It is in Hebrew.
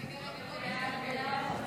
סעיפים 1 12 נתקבלו.